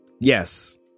yes